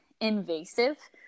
invasive